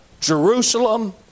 Jerusalem